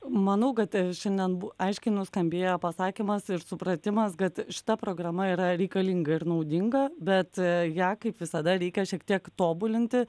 manau kad šiandien bu aiškiai nuskambėjo pasakymas ir supratimas kad šita programa yra reikalinga ir naudinga bet ją kaip visada reikia šiek tiek tobulinti